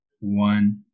One